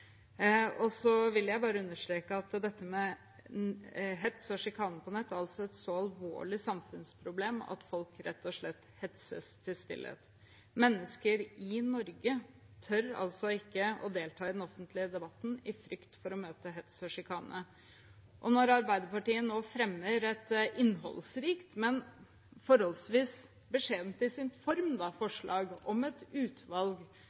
Så vil jeg bare understreke at dette med hets og sjikane på nett er et så alvorlig samfunnsproblem at folk rett og slett hetses til stillhet. Mennesker i Norge tør altså ikke å delta i den offentlige debatten i frykt for å møte hets og sjikane. Og nå fremmer Arbeiderpartiet et forslag – innholdsrikt, men forholdsvis beskjedent i sin form – om et utvalg